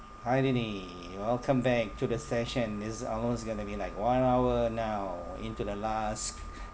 hi danny welcome back to the session it's almost going to be like one hour now into the last